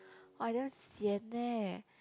!wah! damn sian leh